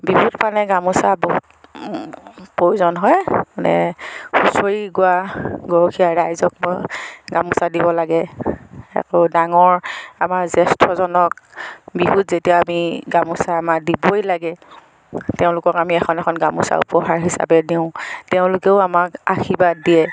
বিহুত মানে গামোচা বহুত প্ৰয়োজন হয় মানে হুঁচৰি গোৱা গৰখীয়া ৰাইজক গামোচা দিব লাগে আকৌ ডাঙৰ আমাৰ জ্যেষ্ঠজনক বিহুত যেতিয়া আমি গামোচা আমাৰ দিবই লাগে তেওঁলোকক আমি এখন এখন গামোচা উপহাৰ হিচাপে দিওঁ তেওঁলোকেও আমাক আশীৰ্বাদ দিয়ে